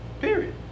Period